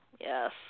yes